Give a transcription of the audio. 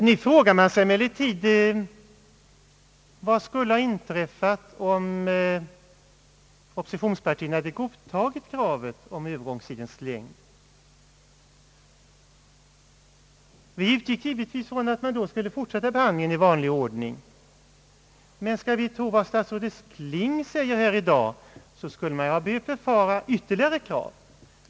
Nu frågar man sig emellertid: Vad skulle ha inträffat om oppositionspartierna hade godtagit kravet på övergångstidens längd? Vi utgick givetvis från att man då skulle fortsätta behandlingen i vanlig ordning. Men skall vi tro vad statsrådet Kling säger här i dag, skulle man ha behövt befara ytterligare krav.